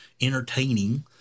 entertaining